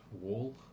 wall